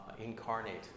incarnate